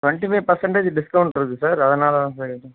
twenty five percentage discount இருக்குது sir அதனால் தான் சார் கேட்டேன்